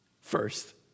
First